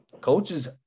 coaches